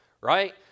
right